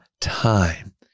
time